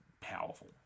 powerful